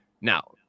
Now